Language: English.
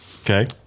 Okay